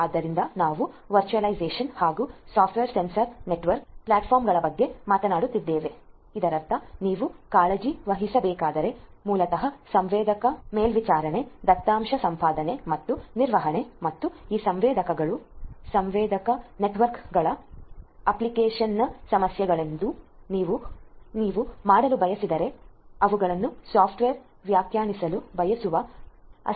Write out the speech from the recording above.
ಆದ್ದರಿಂದ ನಾವು ವರ್ಚುವಲೈಸೇಶನ್ ಹಾಗು ಸಾಫ್ಟ್ವೇರ್ ಸೆನ್ಸಾರ್ ನೆಟ್ವರ್ಕ್ ಪ್ಲಾಟ್ಫಾರ್ಮ್ಗಳ ಬಗ್ಗೆ ಮಾತನಾಡುತ್ತಿದ್ದೇವೆ ಇದರರ್ಥ ನೀವು ಸೆನ್ಸರ್ ನೆಟ್ವರ್ಕ್ಗಳನ್ನು ಸಾಫ್ಟ್ವೇರ್ ಡಿಫೈನ್ಡ್ ಇರಿಸಲು ಮೂಲತಃ ಸೆನ್ಸರ್ ಮೇಲ್ವಿಚಾರಣೆ ದತ್ತಾಂಶ ಸಂಪಾದನೆ ಮತ್ತು ನಿರ್ವಹಣೆ ಇವುಗಳ ಬಗ್ಗೆ ಕಾಳಜಿ ವಹಿಸಬೇಕು